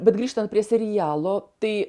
bet grįžtant prie serialo tai